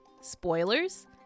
spoilers